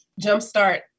Jumpstart